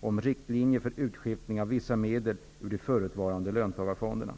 om riktlinjer för utskiftningen av vissa medel ur de förutvarande löntagarfonderna.